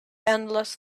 endless